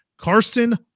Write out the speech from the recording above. Carson